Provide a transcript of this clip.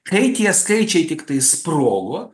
kai tie skaičiai tiktai sprogo